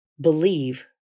believe